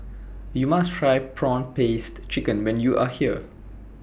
YOU must Try Prawn Paste Chicken when YOU Are here